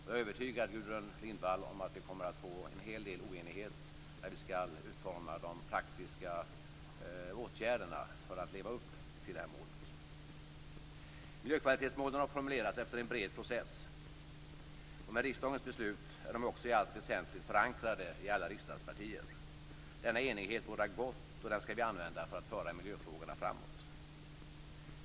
Jag är övertygad, Gudrun Lindvall, om att vi kommer att få en hel del oenighet när vi skall utforma de praktiska åtgärderna för att leva upp till målet. Miljökvalitetsmålen har formulerats efter en bred process. Med riksdagens beslut är de också i allt väsentligt förankrade i alla riksdagspartier. Denna enighet bådar gott, och den skall vi använda för att föra miljöfrågorna framåt.